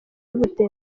bute